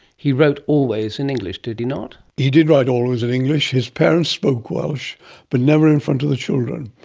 he wrote always in english, did he not? he did write always in english. his parents spoke welsh but never in front of the children.